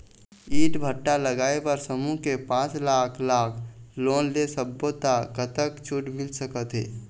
ईंट भट्ठा लगाए बर समूह ले पांच लाख लाख़ लोन ले सब्बो ता कतक छूट मिल सका थे?